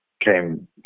came